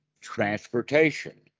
Transportation